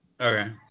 Okay